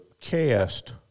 CAST